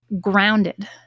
grounded